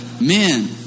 Men